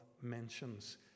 mentions